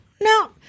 No